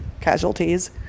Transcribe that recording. casualties